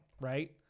right